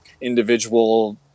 individual